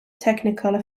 technicolor